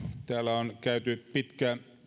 täällä on käyty pitkä